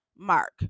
mark